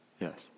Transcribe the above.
Yes